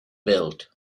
built